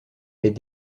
est